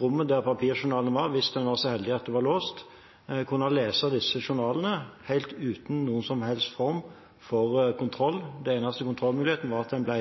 rommet der papirjournalene var – hvis en var så heldig at det var låst – lese disse journalene helt uten noen som helst form for kontroll. Den eneste kontrollmuligheten var at man ble